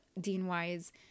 Dean-wise